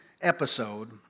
episode